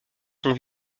sont